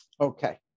okay